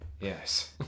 yes